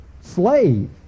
slave